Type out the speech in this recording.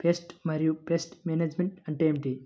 Pest మరియు pest management అంటే ఏమిటి?